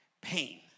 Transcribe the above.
pain